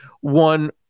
one